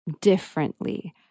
differently